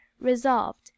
resolved